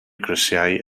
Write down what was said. grisiau